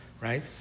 right